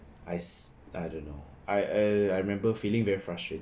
I s~ I don't know I I remember feeling very frustrated